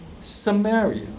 Samaria